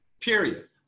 period